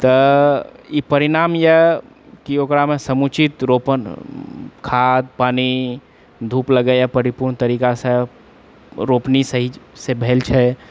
तऽ ई परिणाम यऽ कि ओकरामे समुचित रोपण खाद्य पानि धूप लगैए परिपूर्ण तरीकासँ रोपनी सहीसँ भेल छै